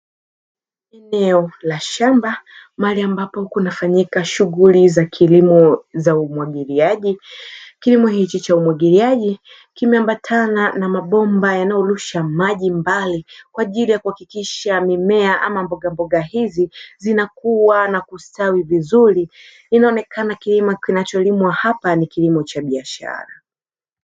Eneo la shamba mahali ambapo kunafanyika shughuli za kilimo za umwagiliaji, kilimo hichi cha umwagiliaji kimeambatana na mabomba yanayorusha maji mbali kwa ajili ya kuhakikisha mimea ama mbogamboga hizi zinakuwa na kustawi vizuri inaonekana kilimo kinacholimwa hapa ni kilimo cha biashara.